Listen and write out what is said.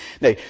now